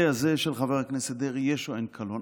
הזה של חבר הכנסת דרעי יש או אין קלון.